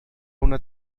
una